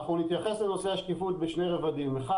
אנחנו נתייחס לנושא השקיפות בשני רבדים: א',